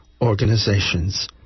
organizations